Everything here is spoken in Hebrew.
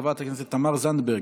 חברת הכנסת תמר זנדברג,